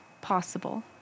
possible